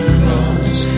cross